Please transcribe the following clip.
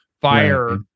fire